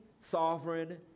sovereign